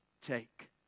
take